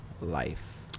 life